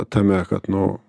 tame kad nu